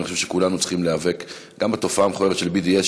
ואני חושב שכולנו צריכים להיאבק גם בתופעה המכוערת של BDS,